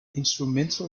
instrumental